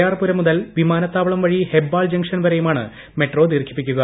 R Puram മുതൽ വിമാനത്താവളം വഴി ഹെബ്ബാൾ ജംഗ്ഷൻ വരെയുമാണ് മെട്ട്രോ ദീർഘിപ്പിക്കുക